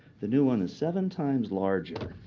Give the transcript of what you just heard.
the new one is seven times larger.